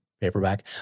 paperback